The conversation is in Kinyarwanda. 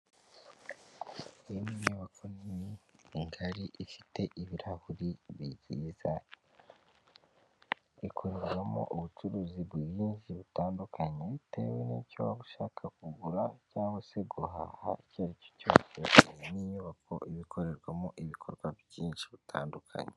Iyi ni inyubako nini ngari ifite ibirahure byiza. Ikorerwamo ubucuruzi bwinshi butandukanye bitewe n'icyo bushaka kugura cyangwa se guhaha icya aricyo cyose, iyi ni inyubako iba ikorerwamo ibikorwa byinshi bitandukanye.